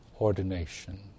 ordination